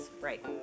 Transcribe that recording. Right